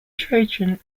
trojan